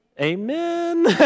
amen